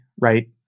right